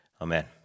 Amen